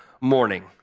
morning